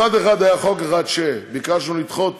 מצד אחד היה חוק אחד שביקשנו לדחות